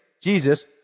Jesus